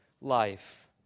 life